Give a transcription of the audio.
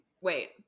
wait